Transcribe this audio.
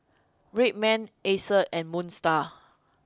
Red Man Acer and Moon Star